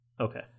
Okay